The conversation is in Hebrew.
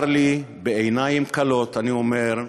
צר לי, בעיניים כלות אני אומר: